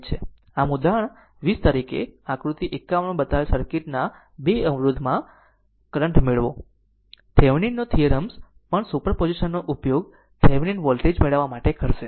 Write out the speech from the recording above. આમ ઉદાહરણ 20 તરીકે આકૃતિ 51 માં બતાવેલ સર્કિટના 2 Ω અવરોધમાં કરંટ મેળવો થેવેનિન નો થીયરમ્સ પણ સુપર પોઝિશનનો ઉપયોગ થિવેનિન વોલ્ટેજ મેળવવા માટે કરશે